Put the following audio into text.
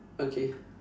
okay